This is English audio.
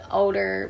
older